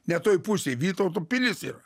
ne toj pusėj vytauto pilis yra